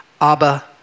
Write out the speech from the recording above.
Abba